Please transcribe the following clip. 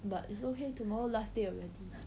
but it's okay tomorrow last day already